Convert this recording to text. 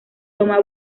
loma